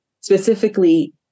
specifically